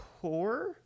core